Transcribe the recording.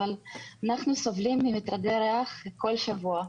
שאנחנו סובלים ממטרדי ריח כל שבוע.